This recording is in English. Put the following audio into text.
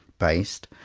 based,